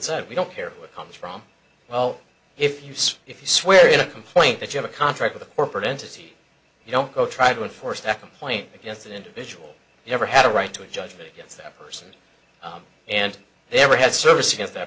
said we don't care who it comes from well if you say if you swear in a complaint that you have a contract with a corporate entity you don't go try to enforce that complaint against an individual you ever had a right to a judgment against that person and they were had service